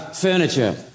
furniture